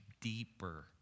deeper